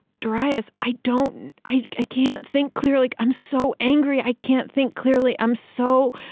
darius, i don't, i can't think clear, like i'm so angry, i can't think clearly. i'm so,